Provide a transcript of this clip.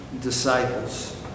disciples